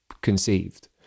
conceived